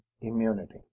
immunity